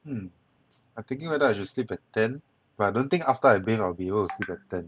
hmm I thinking whether I should sleep at ten but I don't think after I bathe I will be able to sleep at ten